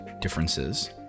differences